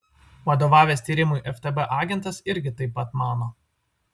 vadovavęs tyrimui ftb agentas irgi taip pat mano